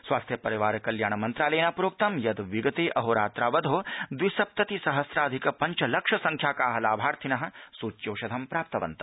स्वास्थ्यपरिवारकल्याण मन्त्रालयेन प्रोक्तं यत् विगते अहोरात्रावधौ प्राय द्विसप्तति सहस्राधिक पञ्च लक्ष संख्याका लाभार्थिन सूच्यौषधं प्राप्तवन्त